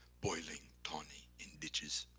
boiling pony images.